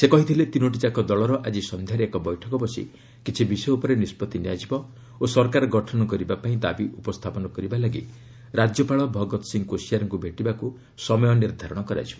ସେ କହିଥିଲେ ତିନୋଟିଯାକ ଦଳର ଆକି ସନ୍ଧ୍ୟାରେ ଏକ ବୈଠକ ବସି କିଛି ବିଷୟ ଉପରେ ନିଷ୍କଭି ନିଆଯିବ ଓ ସରକାର ଗଠନ କରିବା ପାଇଁ ଦାବି ଉପସ୍ଥାପନ କରିବା ଲାଗି ରାଜ୍ୟପାଳ ଭଗତସିଂହ କୋସିଆରୀଙ୍କୁ ଭେଟିବାକୁ ସମୟ ନିର୍ଦ୍ଧାରଣ କରାଯିବ